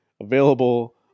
available